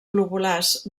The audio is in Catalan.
globulars